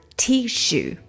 tissue